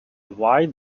wide